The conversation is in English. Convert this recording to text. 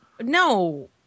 No